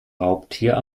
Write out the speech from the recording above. raubtier